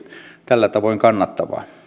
tällä tavoin kannattavaa